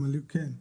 כן.